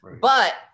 But-